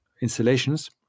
installations